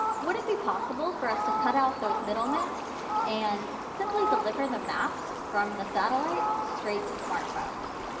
would it be possible for us to cut out those middle men and simply deliver the maps from the satellite straight to smartphones?